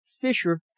Fisher